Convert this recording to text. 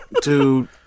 dude